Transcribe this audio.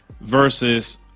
versus